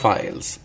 Files